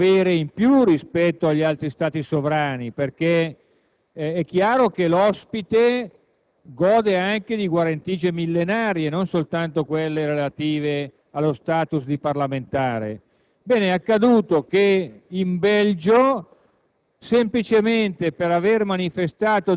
che quindi ha anche un qualche dovere in più rispetto agli altri Stati sovrani, poiché è chiaro che l'ospite gode anche di guarentigie millenarie, non soltanto di quelle relative allo *status* di parlamentare. È accaduto che in Belgio,